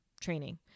training